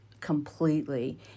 completely